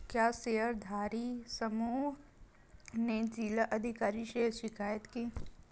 क्या शेयरधारी समूह ने जिला अधिकारी से शिकायत की?